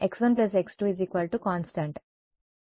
x 1 x2const